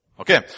Okay